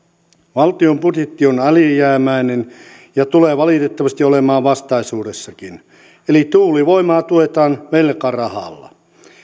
valtion budjetti on alijäämäinen ja tulee valitettavasti olemaan vastaisuudessakin eli tuulivoimaa tuetaan velkarahalla